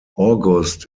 august